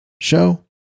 Show